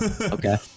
okay